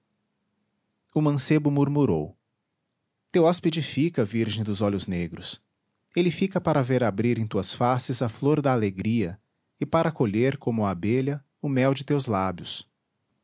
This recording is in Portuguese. o mancebo murmurou teu hóspede fica virgem dos olhos negros ele fica para ver abrir em tuas faces a flor da alegria e para colher como a abelha o mel de teus lábios